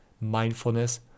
mindfulness